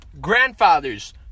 grandfathers